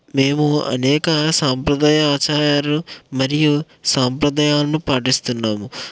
మేము అనేక సాంప్రదాయ ఆచారాలు మరియు సాంప్రదాయాలను పాటిస్తున్నాము